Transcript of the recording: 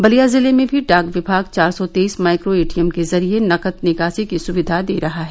बलिया जिले में भी डाक विभाग चार सौ तेईस माइक्रो एटीएम के जरिये नकद निकासी की सुविधा दे रहा है